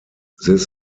this